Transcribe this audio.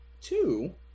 Two